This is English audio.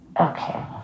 Okay